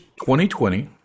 2020